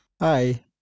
Hi